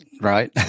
right